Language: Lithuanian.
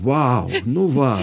vau nu va